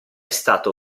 stato